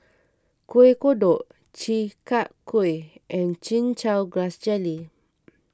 Kueh Kodok Chi Kak Kuih and Chin Chow Grass Jelly